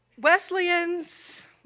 Wesleyan's